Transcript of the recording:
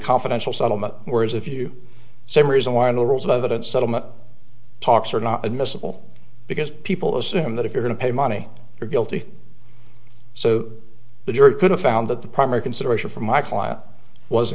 confidential settlement whereas if you say reason why no rules of evidence settlement talks are not admissible because people assume that if you're going to pay money you're guilty so the jury could have found that the primary consideration for my client was a